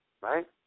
right